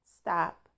Stop